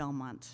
belmont